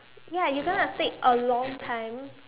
ya you gonna take a long time